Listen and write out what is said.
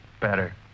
Better